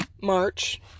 March